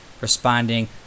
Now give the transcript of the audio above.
responding